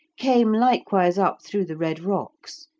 came likewise up through the red rocks,